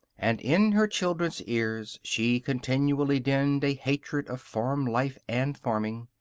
and in her children's ears she continually dinned a hatred of farm life and farming.